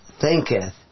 thinketh